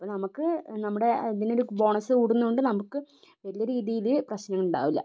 അപ്പം നമുക്ക് നമ്മുടെ ഇതിന് ഒരു ബോണസ് കൂടുന്നത് കൊണ്ട് നമുക്ക് വലിയ രീതിയില് പ്രശ്നങ്ങള് ഉണ്ടാവില്ല